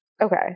Okay